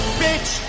bitch